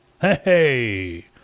Hey